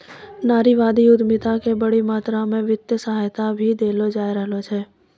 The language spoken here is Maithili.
नारीवादी उद्यमिता क बड़ी मात्रा म वित्तीय सहायता भी देलो जा रहलो छै